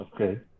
okay